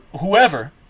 whoever